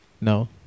No